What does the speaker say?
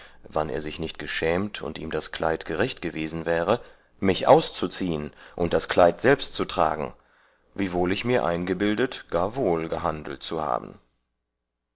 wann er sich nicht geschämt und ihm das kleid gerecht gewesen wäre mich auszuziehen und das kleid selbst zu tragen wiewohl ich mir eingebildet gar wohl gehandelt zu haben